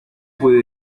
puede